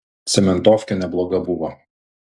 cementofkė nebloga buvo